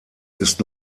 ist